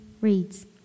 Reads